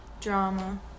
Drama